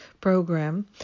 program